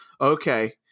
okay